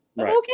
Okay